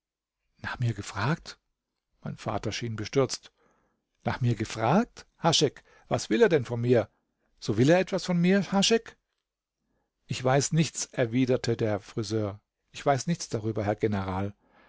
nach mir gefragt mein vater schien bestürzt nach mir gefragt haschek was will er denn von mir so will er etwas von mir haschek ich weiß nichts erwiderte der friseur ich weiß nichts darüber herr general